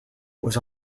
was